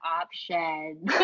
option